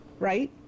Right